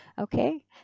Okay